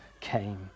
came